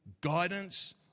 guidance